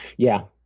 yeah.